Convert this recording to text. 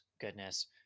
goodness